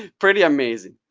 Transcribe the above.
pretty amazing.